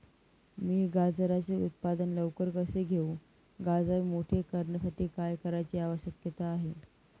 मी गाजराचे उत्पादन लवकर कसे घेऊ? गाजर मोठे करण्यासाठी काय करण्याची आवश्यकता आहे?